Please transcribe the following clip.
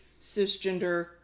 cisgender